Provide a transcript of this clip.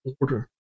order